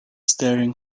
staring